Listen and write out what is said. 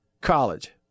college